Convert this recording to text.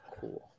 Cool